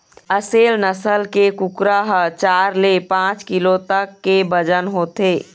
असेल नसल के कुकरा ह चार ले पाँच किलो तक के बजन होथे